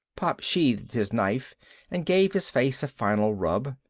pop sheathed his knife and gave his face a final rub.